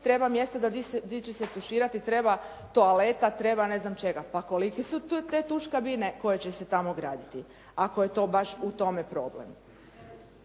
treba mjesta gdje će se tuširati, treba toaleta, treba ne znam čega. Pa koliki su te tuš kabine koje će se tamo graditi, ako je to baš u tome problem.